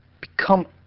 Become